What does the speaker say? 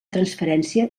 transferència